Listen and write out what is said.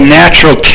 natural